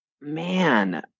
man